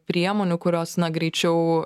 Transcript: priemonių kurios na greičiau